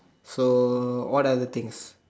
so what other things